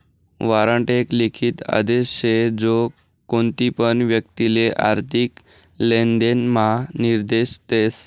warrant एक लिखित आदेश शे जो कोणतीपण व्यक्तिले आर्थिक लेनदेण म्हा निर्देश देस